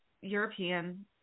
European